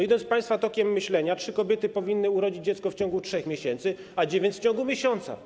Idąc państwa tokiem myślenia, trzy kobiety powinny urodzić dziecko w ciągu 3 miesięcy, a dziewięć w ciągu miesiąca.